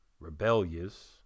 rebellious